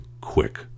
quick